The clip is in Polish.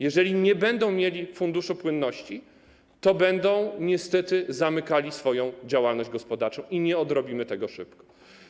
Jeżeli oni nie będą mieli Funduszu Płynności, to będą niestety zamykali swoją działalność gospodarczą i nie odrobimy tego szybko.